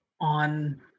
on